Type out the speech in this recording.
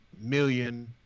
million